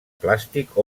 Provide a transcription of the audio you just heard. plàstic